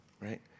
right